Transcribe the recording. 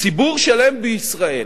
ציבור שלם בישראל,